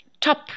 top